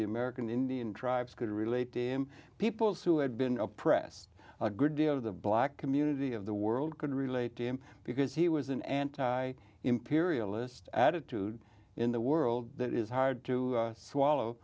the american indian tribes could relate to him people who had been oppressed a good deal of the black community of the world could relate to him because he was an anti imperialist attitude in the world that is hard to swallow